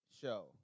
show